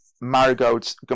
marigolds